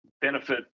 benefit